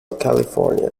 california